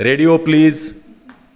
radio please